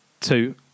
Two